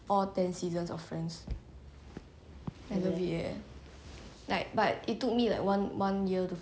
like but it took me like one one year to finish eh all ten seasons mmhmm but I think it's quite funny 很好笑